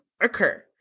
occur